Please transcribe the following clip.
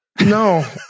No